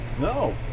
No